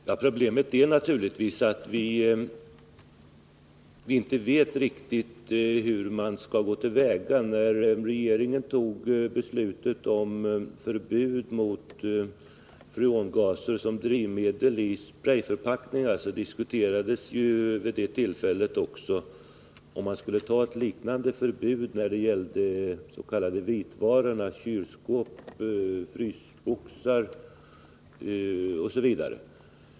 Herr talman! Problemet är naturligtvis att man inte riktigt vet hur man skall gå till väga. Vid det tillfälle då regeringen fattade beslutet om förbud mot freongas som drivmedel i sprejförpackningar diskuterades ju om man skulle ha ett liknande förbud när det gällde de s.k. vitvarorna — kylskåp, frysboxar OSV.